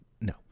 no